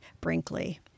Brinkley